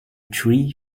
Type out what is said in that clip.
three